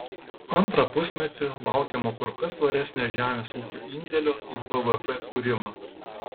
antrą pusmetį laukiama kur kas svaresnio žemės ūkio indėlio į bvp kūrimą